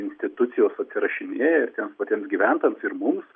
institucijos atsirašinėja ir tiems patiems gyventojams ir mums